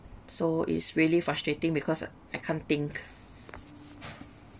so is really frustrating because I can't think